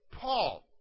Paul